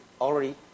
already